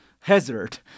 hazard